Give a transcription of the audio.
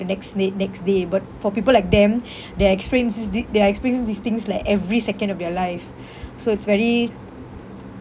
the next day next day but for people like them they experience is thi~ they experience these things like every second of their life so it's very